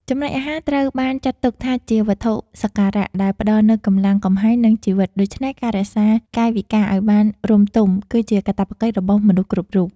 ចំណីអាហារត្រូវបានចាត់ទុកថាជាវត្ថុសក្ការៈដែលផ្តល់នូវកម្លាំងកំហែងនិងជីវិត ដូច្នេះការរក្សាកាយវិការឱ្យបានរម្យទមគឺជាកាតព្វកិច្ចរបស់មនុស្សគ្រប់រូប។